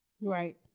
Right